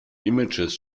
images